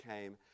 came